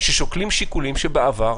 ושוקלים שיקולים שבעבר,